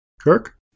Kirk